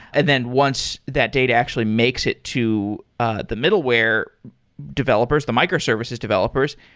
and then once that data actually makes it to ah the middleware developers, the microservices developers,